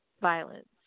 violence